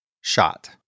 shot